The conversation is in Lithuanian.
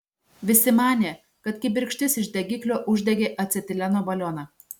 visi manė kad kibirkštis iš degiklio uždegė acetileno balioną